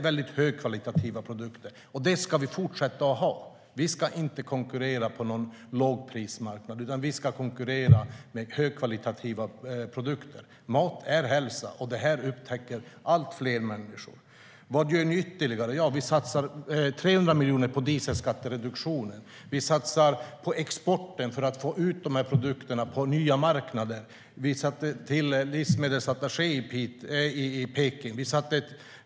Vi har mycket högkvalitativa produkter. Det ska vi fortsätta ha. Vi ska inte konkurrera på någon lågprismarknad, utan vi ska konkurrera med högkvalitativa produkter. Mat är hälsa, och det upptäcker allt fler människor. Vad gör vi ytterligare? Vi satsar 300 miljoner på dieselskattereduktionen. Vi satsar på exporten för att få ut dessa produkter på nya marknader. Vi har tillsatt en livsmedelsattaché i Peking.